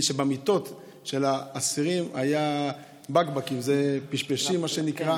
במיטות של האסירים, היו בקבקים, פשפשים, מה שנקרא.